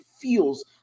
feels